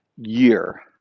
year